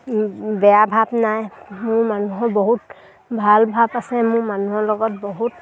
বেয়া ভাৱ নাই মোৰ মানুহৰ বহুত ভাল ভাৱ আছে মোৰ মানুহৰ লগত বহুত